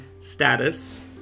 status